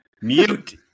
Mute